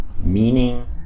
meaning